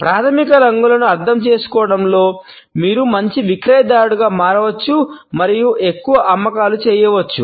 ప్రాథమిక రంగులను అర్థం చేసుకోవడంతో మీరు మంచి విక్రయదారుడిగా మారవచ్చు మరియు ఎక్కువ అమ్మకాలు చేయవచ్చు